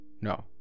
no